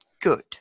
good